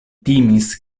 timis